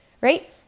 right